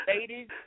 ladies